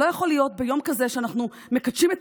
לא יכול להיות שביום כזה שבו אנחנו מקדשים את